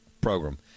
program